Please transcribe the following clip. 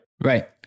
Right